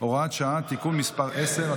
(הוראת שעה) (תיקון מס' 10),